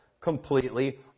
completely